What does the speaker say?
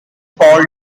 paul